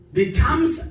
becomes